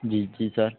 जी जी सर